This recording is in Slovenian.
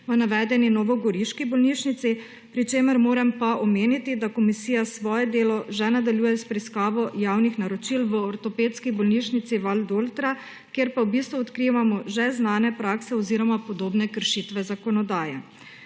v navedeni novogoriški bolnišnici, pri čemer moram pa omeniti, da komisija svoje delo že nadaljuje s preiskavo javnih naročil v Ortopedski bolnišnici Valdoltra, kjer pa v bistvu odkrivamo že znane prakse oziroma podobne kršitve zakonodaje.